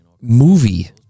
movie